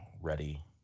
ready